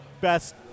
best